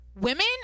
Women